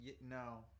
No